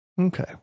Okay